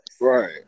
Right